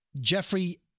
Jeffrey